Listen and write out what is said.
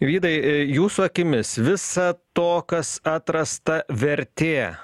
vydai jūsų akimis visa to kas atrasta vertė